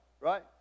Right